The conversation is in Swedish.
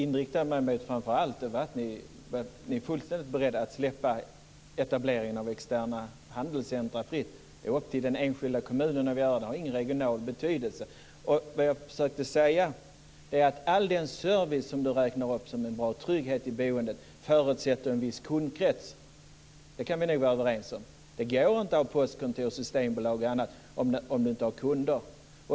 Fru talman! Jag inriktade mig framför allt på att ni är beredda att släppa etableringen av externa handelscentrum fri. Det är upp till den enskilda kommunen att avgöra. Det har ingen regional betydelse. Jag försökte säga att all den service som Ulla-Britt Hagström räknar upp för en bra trygghet i boendet förutsätter en viss kundkrets. Det kan vi nog vara överens om. Det går inte att ha postkontor, systembolag och annat om det inte finns kunder.